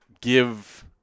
give